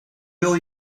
wil